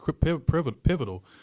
pivotal